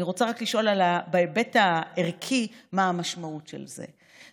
אני רוצה רק לשאול מה המשמעות של זה בהיבט הערכי.